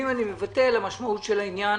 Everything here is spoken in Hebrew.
המשמעות של העניין